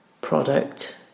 product